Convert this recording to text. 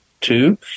two